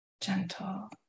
gentle